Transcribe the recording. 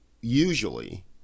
usually